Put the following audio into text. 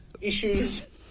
issues